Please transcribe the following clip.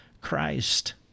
Christ